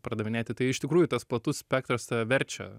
pardavinėti tai iš tikrųjų tas platus spektras tave verčia